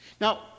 Now